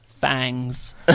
Fangs